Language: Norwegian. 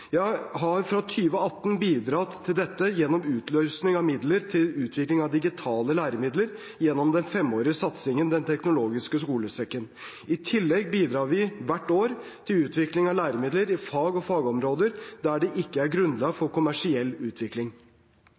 Jeg har fra 2018 bidratt til dette gjennom utlysning av midler til utvikling av digitale læremidler gjennom den femårige satsingen Den teknologiske skolesekken. I tillegg bidrar vi hvert år til utvikling av læremidler i fag og fagområder der det ikke er grunnlag for kommersiell utvikling.